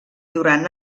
durant